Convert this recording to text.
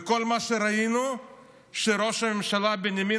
כל מה שראינו הוא שראש הממשלה בנימין